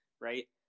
right